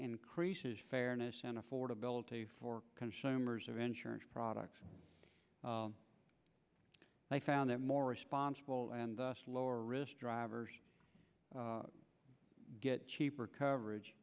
increases fairness and affordability for consumers of insurance products they found that more responsible and thus lower risk drivers get cheaper coverage